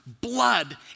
blood